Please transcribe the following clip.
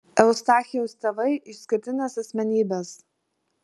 eustachijaus tėvai išskirtinės asmenybės